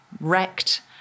wrecked